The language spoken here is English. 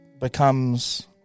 Becomes